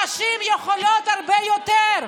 תפסיקו לעשות, הנשים יכולות הרבה יותר.